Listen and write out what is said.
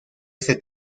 este